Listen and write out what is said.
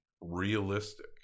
realistic